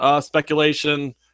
speculation